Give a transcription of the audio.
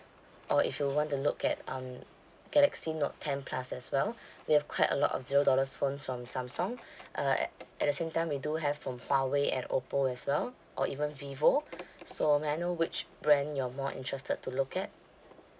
or if you want to look at um galaxy note ten plus as well we have quite a lot of zero dollar's phones from samsung uh at the same time we do have from huawei and oppo as well or even vivo so may I know which brand you're more interested to look at